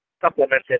supplemented